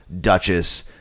Duchess